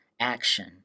Action